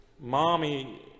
Mommy